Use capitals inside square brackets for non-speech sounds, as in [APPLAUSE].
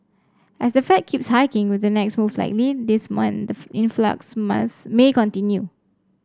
as the Fed keeps hiking with the next move likely this month the [UNINTELLIGIBLE] influx mass may continue